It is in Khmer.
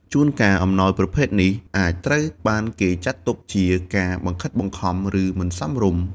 ជួនកាល អំណោយប្រភេទនេះអាចត្រូវបានគេចាត់ទុកជាការបង្ខិតបង្ខំ ឬមិនសមរម្យ។